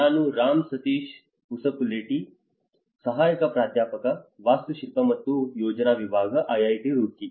ನಾನು ರಾಮ್ ಸತೀಶ್ ಪಸುಪುಲೇಟಿ ಸಹಾಯಕ ಪ್ರಾಧ್ಯಾಪಕ ವಾಸ್ತುಶಿಲ್ಪ ಮತ್ತು ಯೋಜನಾ ವಿಭಾಗ IIT ರೂರ್ಕಿ